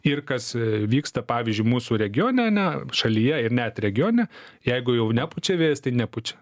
ir kas vyksta pavyzdžiui mūsų regione ane šalyje ir net regione jeigu jau nepučia vėjas tai nepučia